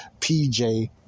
PJ